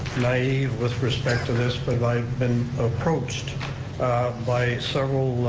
naive with respect to this, but i've been approached by several